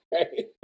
okay